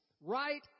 right